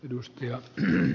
arvoisa puhemies